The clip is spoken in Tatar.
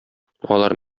алар